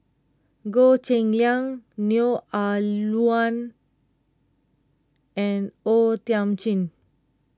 Goh Cheng Liang Neo Ah Luan and O Thiam Chin